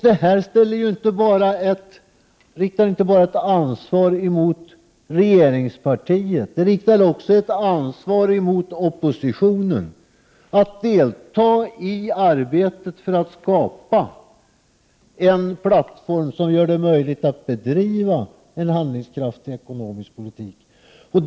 Detta utgör inte bara ett ansvar för regeringspartiet, utan också ett ansvar för oppositionen att delta i arbetet för att skapa en plattform som gör det möjligt att bedriva en handlingskraftig ekonomisk politik.